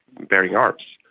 bearing arms.